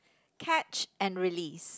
catch and release